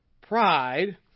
Pride